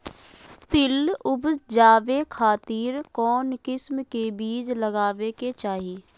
तिल उबजाबे खातिर कौन किस्म के बीज लगावे के चाही?